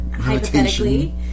hypothetically